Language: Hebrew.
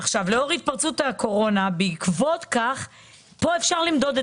עקב התפרצות הקורונה ופה אפשר למדוד את